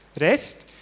rest